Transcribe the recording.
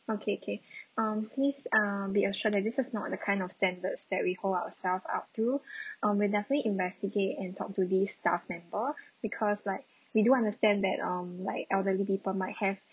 okay okay um please uh be assured that this is not the kind of standards that we hold ourselves up to um we're definitely investigate and talk to this staff member because like we do understand that um like elderly people might have